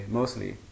mostly